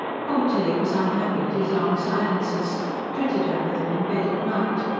poor tilly was unhappy at his long silences fretted over them in bed at night.